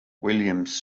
williams